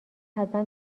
حتما